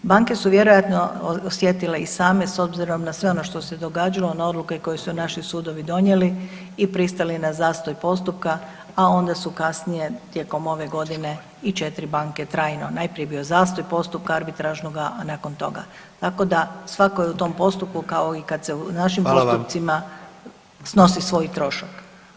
Banke su vjerojatno osjetile i same s obzirom na sve ono što se događalo na odluke koje su naši sudovi donijeli i pristali na zastoj postupka, a onda su kasnije tijekom ove godine i četiri banke trajno, najprije je bio zastoj postupka arbitražnoga nakon toga, tako da svako je u tom postupku kao i kad se u [[Upadica predsjednik: Hvala vam.]] našim postupcima snosi svoj trošak.